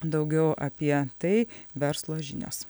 daugiau apie tai verslo žinios